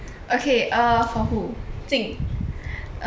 okay err for who